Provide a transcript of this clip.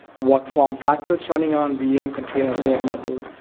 what form factor, it's running on vm, container, bare metal,